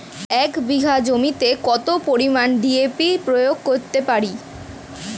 এক বিঘা জমিতে কত পরিমান ডি.এ.পি প্রয়োগ করতে পারি?